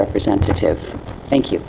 representative thank you